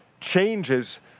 changes